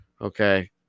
okay